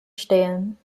stehen